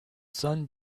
sun